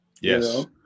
Yes